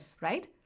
right